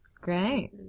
Great